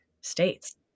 states